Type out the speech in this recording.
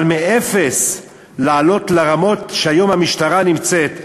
אבל מאפס לעלות לרמות שהיום המשטרה נמצאת,